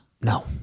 No